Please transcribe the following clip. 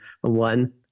one